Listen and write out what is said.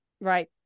Right